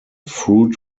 fruit